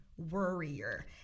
worrier